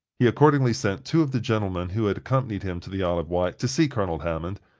he accordingly sent two of the gentlemen who had accompanied him to the isle of wight to see colonel hammond,